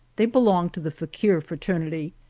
they belonged to the fakir fraternity,